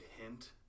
hint